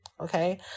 okay